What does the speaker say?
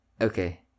Okay